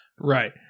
Right